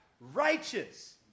Righteous